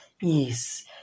Yes